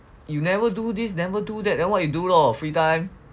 you never do this never do that then what you do lor free time